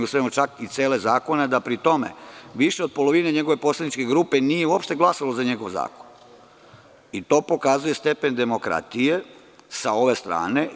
Usvajamo čak i cele zakone, da pri tom više od polovine njegove poslaničke grupe nije uopšte glasalo za njegov zakon i to pokazuje stepen demokratije sa ove strane.